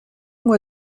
moi